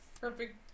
perfect